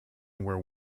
were